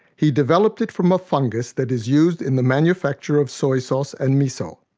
he developed it from a fungus that is used in the manufacture of soy sauce and miso.